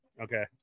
Okay